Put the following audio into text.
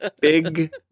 Big